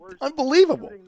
Unbelievable